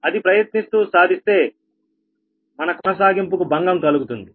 అది ప్రయత్నిస్తూ సాధిస్తే మన కొనసాగింపు భంగం కలుగుతుంది